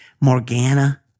Morgana